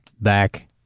back